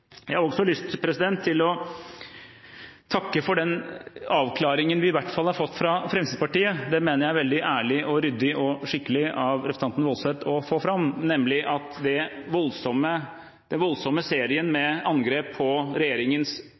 Jeg har også lyst til å takke for den avklaringen vi i hvert fall har fått fra Fremskrittspartiet. Det mener jeg er veldig ærlig, ryddig og skikkelig av representanten Woldseth å få fram, nemlig at den voldsomme serien med angrep på regjeringens